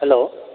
hello